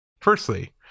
Firstly